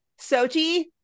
Sochi